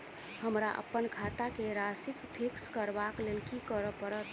हमरा अप्पन खाता केँ राशि कऽ फिक्स करबाक लेल की करऽ पड़त?